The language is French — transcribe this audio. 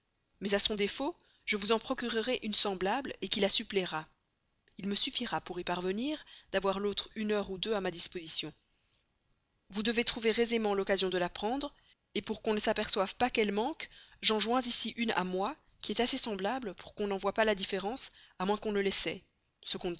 mais à son défaut je pourrai vous en procurer une semblable qui la suppléera il me suffira pour y parvenir d'avoir l'autre une heure ou deux à ma disposition vous devez trouver aisément l'occasion de la prendre pour qu'on ne s'aperçoive pas qu'elle manque j'en joins ici une à moi qui lui est assez semblable pour qu'on n'en voie pas la différence à moins qu'on ne l'essaie ce